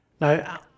Now